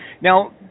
Now